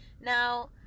Now